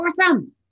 Awesome